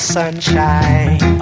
sunshine